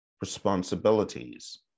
responsibilities